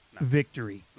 victory